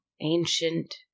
ancient